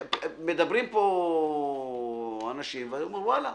מדברים פה אנשים אומרים, ואללה,